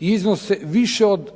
i iznose više od